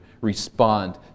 respond